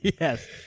Yes